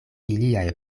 iliaj